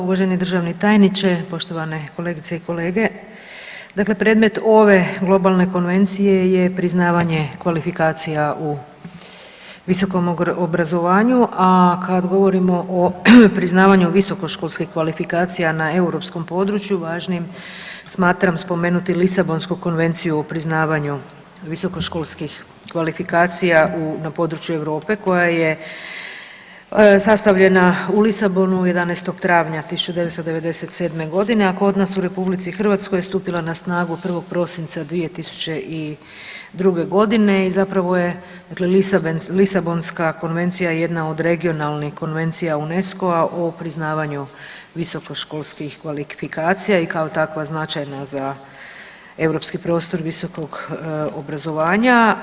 Uvaženi državni tajniče, poštovane kolegice i kolege, dakle predmet ove globalne konvencije je priznavanje kvalifikacija u visokom obrazovanju, a kad govorimo o priznavanju visokoškolskih kvalifikacija na europskom području važnim smatram spomenuti Lisabonsku konvenciju o priznavanja visokoškolskih kvalifikacija na području Europe koja je sastavljena u Lisabonu 11. travnja 1997. godine, a kod nas u RH je stupila na snagu 1. prosinca 2002. godine i zapravo je dakle Lisabonska konvencija jedna od regionalnih konvencija UNESCO-a o priznavanju visokoškolskih kvalifikacija i kao takva značajna za europski prostor visokog obrazovanja.